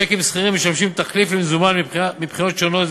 צ'קים סחירים משמשים תחליף למזומן מבחינות שונות,